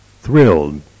thrilled